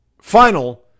final